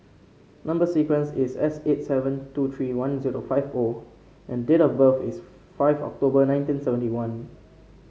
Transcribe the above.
number sequence is S eight seven two three one zero five O and date of birth is five October nineteen seventy one